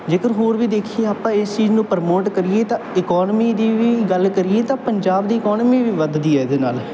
ਜੇਕਰ ਹੋਰ ਵੀ ਦੇਖੀਏ ਆਪਾਂ ਇਸ ਚੀਜ਼ ਨੂੰ ਪ੍ਰਮੋਟ ਕਰੀਏ ਤਾਂ ਇਕੋਨਮੀ ਦੀ ਵੀ ਗੱਲ ਕਰੀਏ ਤਾਂ ਪੰਜਾਬ ਦੀ ਇਕੋਨਮੀ ਵੀ ਵੱਧਦੀ ਹੈ ਇਹਦੇ ਨਾਲ